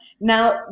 Now